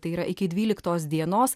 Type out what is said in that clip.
tai yra iki dvyliktos dienos